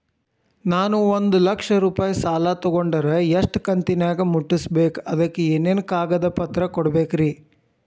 ನಾನು ಒಂದು ಲಕ್ಷ ರೂಪಾಯಿ ಸಾಲಾ ತೊಗಂಡರ ಎಷ್ಟ ಕಂತಿನ್ಯಾಗ ಮುಟ್ಟಸ್ಬೇಕ್, ಅದಕ್ ಏನೇನ್ ಕಾಗದ ಪತ್ರ ಕೊಡಬೇಕ್ರಿ?